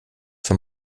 für